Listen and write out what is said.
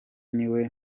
niwe